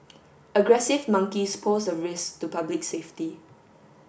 aggressive monkeys pose a risk to public safety